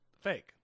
fake